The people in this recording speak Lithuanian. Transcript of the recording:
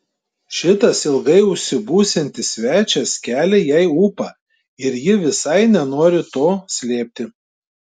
šitas ilgai užsibūsiantis svečias kelia jai ūpą ir ji visai nenori to slėpti